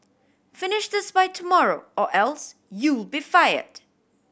finish this by tomorrow or else you'll be fired